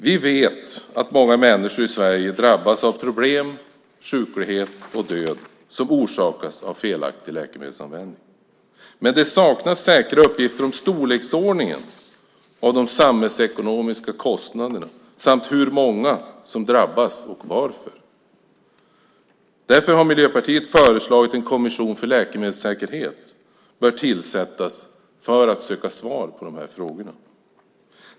Vi vet att många människor i Sverige drabbas av problem, sjuklighet och död som orsakas av felaktig läkemedelsanvändning, men det saknas säkra uppgifter om storleksordningen på de samhällsekonomiska kostnaderna samt hur många som drabbas och varför. Därför har Miljöpartiet föreslagit att en kommission för läkemedelssäkerhet bör tillsättas för att söka svar på dessa frågor.